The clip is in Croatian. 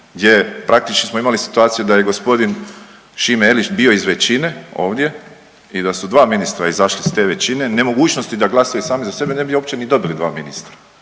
gdje praktično smo imali situaciju da je g. Šime Erlić bio iz većine ovdje i da su dva ministra izašla iz te većine, nemogućnosti da glasaju sami za sebe, ne bi uopće ni dobili dva ministra.